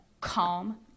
calm